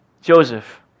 Joseph